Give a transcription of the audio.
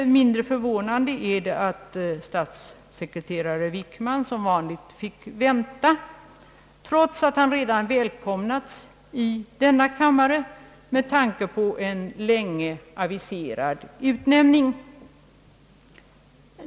Inte mindre förvånande är det att statssekreterare Wickman som vanligt fick vänta, trots att han redan välkomnats i denna kammare med tanke på en länge aviserad utnämning.